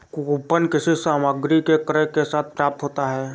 coupon किसी सामग्री के क्रय के साथ प्राप्त होता है